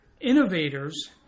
innovators